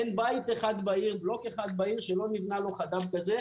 אין בלוק אחד בעיר שלא נבנה לו חד"ב כזה,